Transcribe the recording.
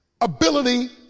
ability